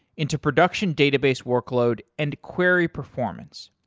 into production database workload and query performance.